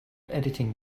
editing